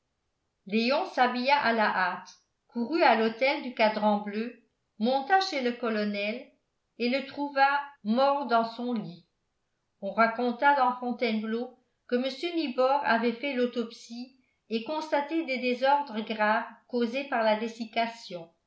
léon s'habilla à la hâte courut à l'hôtel du cadran-bleu monta chez le colonel et le trouva mort dans son lit on raconta dans fontainebleau que mr nibor avait fait l'autopsie et constaté des désordres graves causés par la dessiccation